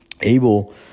able